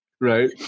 Right